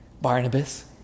Barnabas